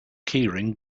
keyring